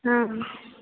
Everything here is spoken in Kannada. ಹಾಂ ಹಾಂ